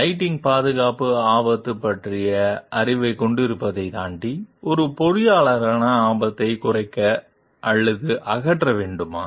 lighting பாதுகாப்பு ஆபத்து பற்றிய அறிவைக் கொண்டிருப்பதைத் தாண்டி ஒரு பொறியியலாளர் ஆபத்தை குறைக்க அல்லது அகற்ற வேண்டுமா